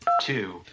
two